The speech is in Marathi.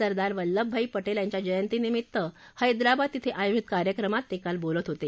सरदार वल्लभभाई पोक्ष यांच्या जयंतीनिमित्त हैदराबाद क्षे आयोजित कार्यक्रमात ते काल बोलत होते